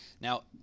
Now